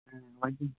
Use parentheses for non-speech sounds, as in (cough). (unintelligible)